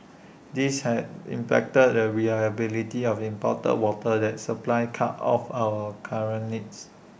this has impacted the reliability of imported water that supplies cut of our current needs